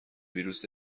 ویروس